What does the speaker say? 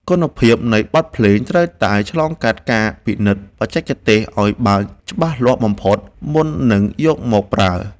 គុណភាពនៃបទភ្លេងត្រូវតែឆ្លងកាត់ការពិនិត្យបច្ចេកទេសឱ្យបានច្បាស់លាស់បំផុតមុននឹងយកមកប្រើ។